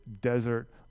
desert